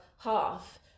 half